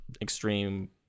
extreme